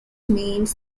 means